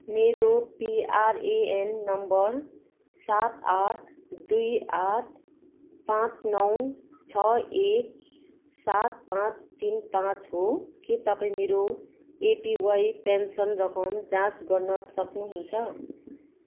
मेरो PRAN number सात आठ दुई आठ पाँच नौ छ एक सात पाँच तिन पाँच हो के तपाईँ मेरो एपिवाई पेन्सन रकम जाँच गर्न सक्नुहुन्छ